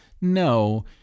No